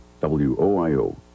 W-O-I-O